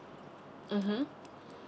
mmhmm